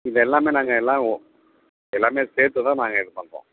இது எல்லாமே நாங்கள் எல்லாம் ஓ எல்லாமே சேர்த்து தான் நாங்கள் இதுப் பண்ணுறோம்